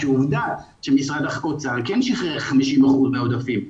כי עובדה שמשרד האוצר כן שיחרר 50% מהעודפים.